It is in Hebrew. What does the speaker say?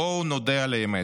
בואו נודה על האמת: